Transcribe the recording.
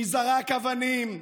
מי זרק אבנים,